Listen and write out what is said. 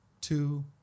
two